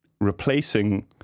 replacing